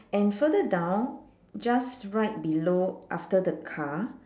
and further down just right below after the car